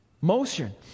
motion